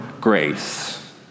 grace